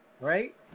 Right